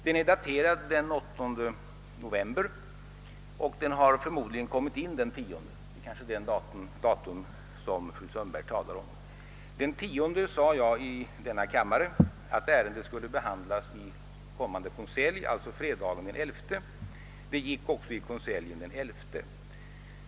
Den är daterad den 8 november, och den har förmodligen kommit in till departementet den 10 november — det är kanske detta datum som fru Sundberg talar om. Den 10 november sade jag i denna kammare att ärendet skulle behandlas i kommande konselj, alltså fredagen den 11 november. Ärendet avgjordes också i konseljen den 11 november.